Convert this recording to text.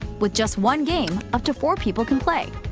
with just one game, up to four people can play!